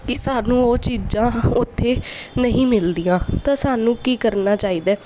ਕਿ ਸਾਨੂੰ ਉਹ ਚੀਜਾਂ ਉੱਥੇ ਨਹੀਂ ਮਿਲਦੀਆਂ ਤਾਂ ਸਾਨੂੰ ਕੀ ਕਰਨਾ ਚਾਹੀਦਾ